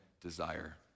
desire